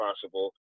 possible